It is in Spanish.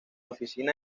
oficina